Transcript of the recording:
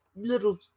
little